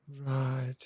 Right